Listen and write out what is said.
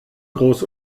groß